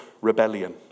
rebellion